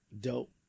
Dope